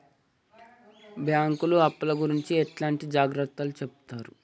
బ్యాంకులు అప్పుల గురించి ఎట్లాంటి జాగ్రత్తలు చెబుతరు?